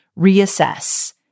reassess